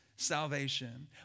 salvation